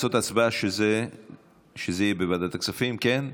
לעשות הצבעה שזה יהיה בוועדת הכספים, כן?